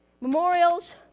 Memorials